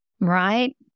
Right